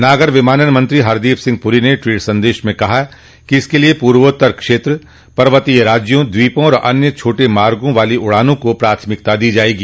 नागर विमानन मंत्री हरदीप सिंह पुरी ने ट्वीट संदेश में कहा कि इसके लिए पूर्वोत्तर क्षेत्र पर्वतीय राज्यों द्वीपों और अन्य छोटे मार्गों वाली उड़ानों को प्राथमिकता दी जाएगी